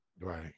Right